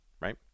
right